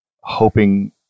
hoping